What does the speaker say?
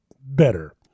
better